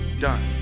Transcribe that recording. done